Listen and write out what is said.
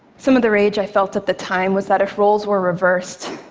some of the rage i felt at the time was that if roles were reversed,